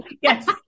Yes